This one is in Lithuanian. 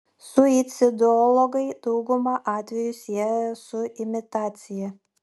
suicidologai daugumą atvejų sieja su imitacija